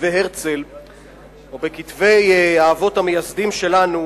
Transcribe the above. בכתבי הרצל או בכתבי האבות המייסדים שלנו,